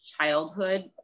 childhood